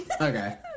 Okay